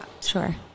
Sure